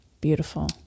beautiful